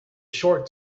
short